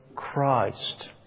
Christ